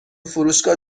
فروشگاه